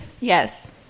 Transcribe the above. Yes